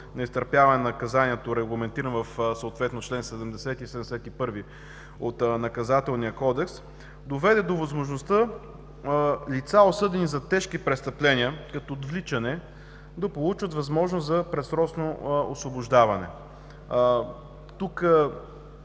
на изтърпяване на наказанието, регламентиран съответно в членове 70 и 71 от Наказателния кодекс, доведе до възможността лица, осъдени за тежки престъпления, като отвличане, да получат възможност за предсрочно освобождаване. Тук